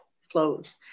flows